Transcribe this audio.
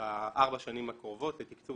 בארבע השנים הקרובות לתקצוב